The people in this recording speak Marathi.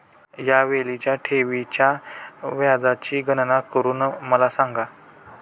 या वेळीच्या ठेवीच्या व्याजाची गणना करून मला सांगा